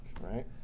right